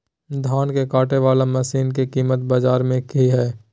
धान के कटे बाला मसीन के कीमत बाजार में की हाय?